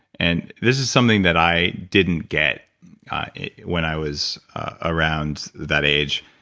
and this is something that i didn't get when i was around that age.